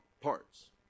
parts